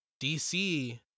DC